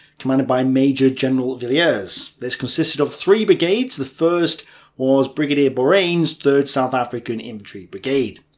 commanded by major general villiers. this consisted of three brigades, the first was brigadier borain's third south african infantry brigade.